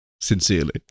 sincerely